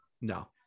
no